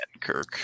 kirk